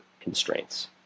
constraints